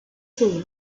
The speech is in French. sauva